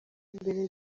mbere